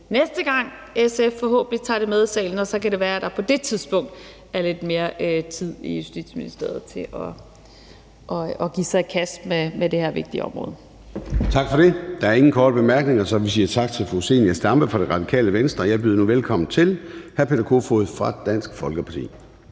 næste gang, SF forhåbentlig tager det med i salen, og så kan det være, at der på det tidspunkt er lidt mere tid i Justitsministeriet til at give sig i kast med det her vigtige område. Kl. 18:44 Formanden (Søren Gade): Tak for det. Der er ingen korte bemærkninger, så vi siger tak til fru Zenia Stampe fra Radikale Venstre. Jeg byder nu velkommen til hr. Peter Kofod fra Dansk Folkeparti.